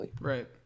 Right